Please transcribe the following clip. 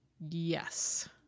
Yes